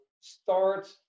start